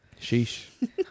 Sheesh